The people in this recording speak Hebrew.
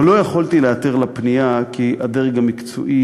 אבל לא יכולתי להיעתר לפנייה כי הדרג המקצועי